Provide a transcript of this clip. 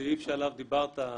הסעיף שעליו דיברת,